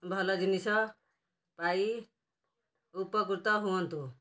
ଭଲ ଜିନିଷ ପାଇ ଉପକୃତ ହୁଅନ୍ତୁ